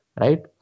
Right